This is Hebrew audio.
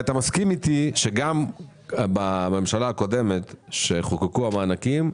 איתי שגם בממשלה הקודמת עת חוקקו המענקים,